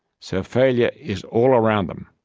so failure is all around them.